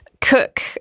cook